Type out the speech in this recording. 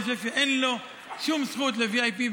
אני חושב שאין לו שום זכות ל-VIP,